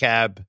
Cab